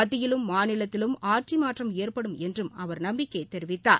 மத்தியிலும் மாநிலத்திலும் ஆட்சி மாற்றம் ஏற்படும் என்றும் அவர் நம்பிக்கை தெரிவித்தார்